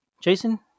Jason